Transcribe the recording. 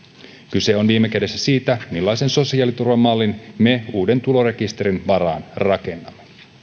kyse on viime kädessä siitä millaisen sosiaaliturvamallin me uuden tulorekisterin varaan rakennamme